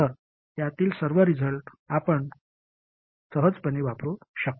तर त्यातील सर्व रिझल्ट आपण सहजपणे वापरू शकतो